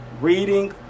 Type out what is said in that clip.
Reading